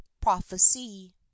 prophecy